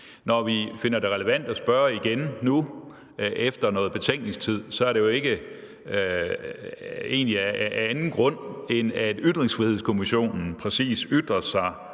Når vi finder det relevant at spørge igen nu, efter noget betænkningstid, er det jo egentlig ikke af anden grund, end at Ytringsfrihedskommissionen præcis ytrer sig